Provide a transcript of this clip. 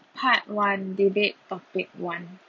part one debate topic one